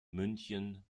münchen